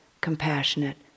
compassionate